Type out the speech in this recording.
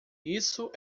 isso